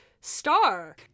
star